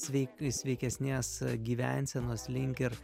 sveik sveikesnės gyvensenos link ir